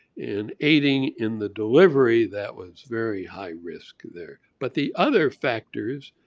and aiding in the delivery that was very high risk there. but the other factors,